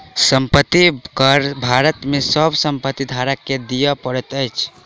संपत्ति कर भारत में सभ संपत्ति धारक के दिअ पड़ैत अछि